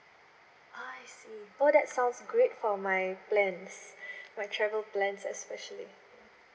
ah I see oh that's sounds great for my plans my travel plans especially